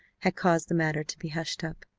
had caused the matter to be hushed up.